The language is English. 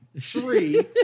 Three